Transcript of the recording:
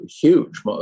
huge